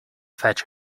fetch